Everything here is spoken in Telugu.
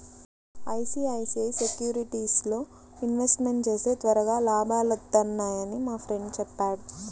ఐసీఐసీఐ సెక్యూరిటీస్లో ఇన్వెస్ట్మెంట్ చేస్తే త్వరగా లాభాలొత్తన్నయ్యని మా ఫ్రెండు చెప్పాడు